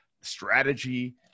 strategy